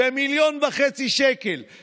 במיליון שקל וחצי,